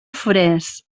forès